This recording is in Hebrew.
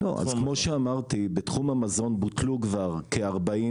אז כמו שאמרתי, בתחום המזון בוטלו כבר כ-40 תקנים.